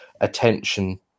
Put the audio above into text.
attention